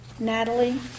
Natalie